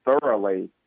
thoroughly